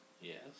Yes